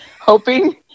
hoping